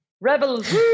Rebels